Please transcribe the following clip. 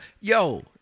Yo